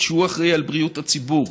שהוא אחראי לבריאות הציבור,